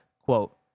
quote